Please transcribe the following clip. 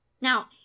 Now